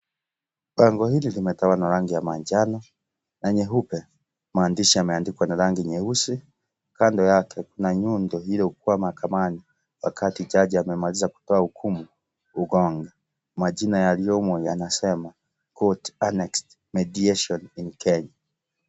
Bango hili limetawa na rangi ya manjano, na nyeupe, maandishi yameandikuwa na rangi nyeusi, kando yake kuna nyundo iloukuwa mahakamani wakati jaji amemaliza kutoa hukumu, ugonga, majina yaliyomo yanasema, Court Annexed Mediation in Kenya.